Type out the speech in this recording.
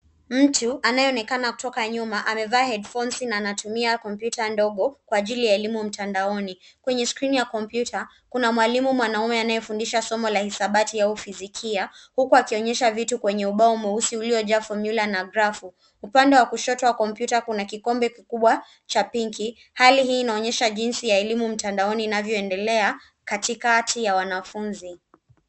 Mtu anayeonekana kutoka nyuma amevaa headphonsi na anatumia kompyuta ndogo kwa ajili ya elimu mtandaoni, kwenye skrini ya kompyuta kuna mwalimu mwanaume anayefundisha somo la hisabati au physikia huku akionyesha vitu kwenye ubao mweusi uliojaa formula na grafu, upande wa kushoto wa kompyuta kuna kikombe kikubwa cha pinki hali hii inaonyesha jinsi ya elimu mtandaoni inavyoendelea katikati ya wanafunzi.